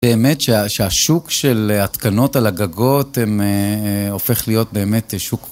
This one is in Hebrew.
באמת שהשוק של התקנות על הגגות הופך להיות באמת שוק